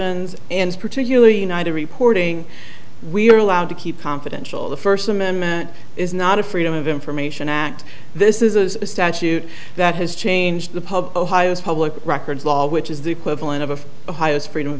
shien's and particularly united reporting we are allowed to keep confidential the first amendment is not a freedom of information act this is a statute that has changed the pub ohio's public records law which is the equivalent of ohio's freedom of